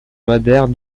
madère